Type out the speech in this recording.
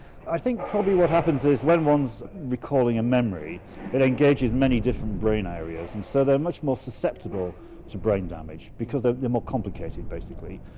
i think probably what happens is when one's recalling a memory it engages many different brain areas and so they're much more susceptible to brain damage because they're yeah more complicated, basically.